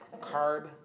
carb